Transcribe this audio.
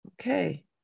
Okay